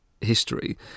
history